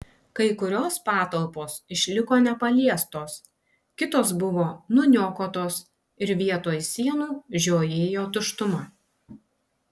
kai kurios patalpos išliko nepaliestos kitos buvo nuniokotos ir vietoj sienų žiojėjo tuštuma